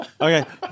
Okay